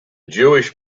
jewish